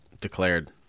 declared